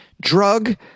drug